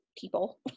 people